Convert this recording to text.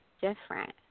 different